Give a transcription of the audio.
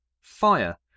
fire